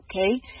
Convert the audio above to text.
Okay